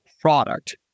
product